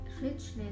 richness